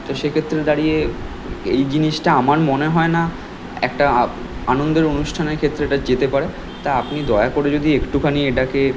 তো সেক্ষেত্রে দাঁড়িয়ে এই জিনিসটা আমার মনে হয় না একটা আ আনন্দের অনুষ্ঠানের ক্ষেত্রে এটা যেতে পারে তা আপনি দয়া করে যদি একটুখানি এটাকে